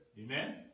Amen